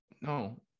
no